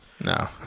No